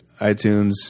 iTunes